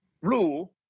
rule